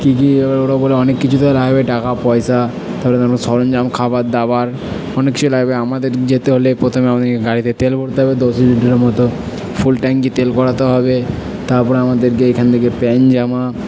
কি কি এবার ওরা বলে অনেক কিছুই তো লাগবে টাকা পয়সা খবরের কাগজ সরঞ্জাম খাবার দাবার অনেক কিছুই লাগবে আমাদের যেতে হলে প্রথমে আমাকে গাড়িতে তেল ভরতে হবে দশ লিটারের মতো ফুল ট্যাঙ্কি তেল করাতে হবে তারপরে আমাদেরকে এখান থেকে প্যান্ট জামা